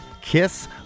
Kiss